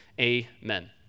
Amen